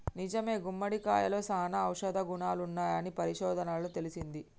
నిజమే గుమ్మడికాయలో సానా ఔషధ గుణాలున్నాయని పరిశోధనలలో తేలింది